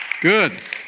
Good